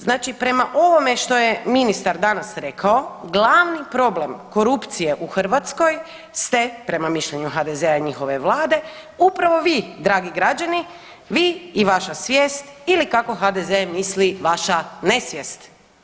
Znači prema ovome što je ministar danas rekao, glavni problem korupcije u Hrvatskoj ste, prema mišljenju HDZ-a i njihove vlade, upravo vi dragi građani, vi i vaša svijest ili kako HDZ misli vaša nesvijest.